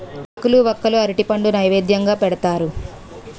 ఆకులు వక్కలు అరటిపండు నైవేద్యంగా పెడతారు